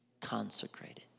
consecrated